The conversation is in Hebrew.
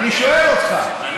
אני שואל אותך, חברי.